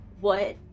what-